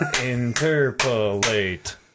Interpolate